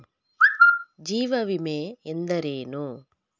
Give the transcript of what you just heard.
ಜೀವ ವಿಮೆ ಎಂದರೇನು?